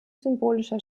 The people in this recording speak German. symbolischer